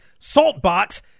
Saltbox